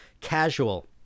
casual